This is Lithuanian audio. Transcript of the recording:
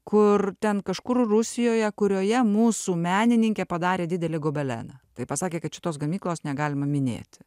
kur ten kažkur rusijoje kurioje mūsų menininkė padarė didelį gobeleną tai pasakė kad šitos gamyklos negalima minėti